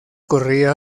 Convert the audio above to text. corría